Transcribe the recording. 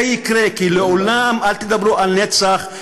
זה יקרה, כי לעולם אל תדברו על נצח.